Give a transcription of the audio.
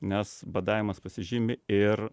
nes badavimas pasižymi ir